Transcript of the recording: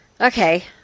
Okay